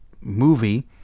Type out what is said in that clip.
movie